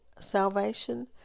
salvation